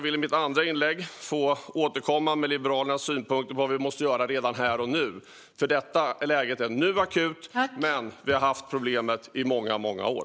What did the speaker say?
I mitt andra inlägg vill jag återkomma med Liberalernas synpunkter om vad vi måste göra redan här och nu. Läget är akut nu. Men vi har haft problemet i många år.